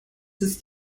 ist